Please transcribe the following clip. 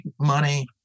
money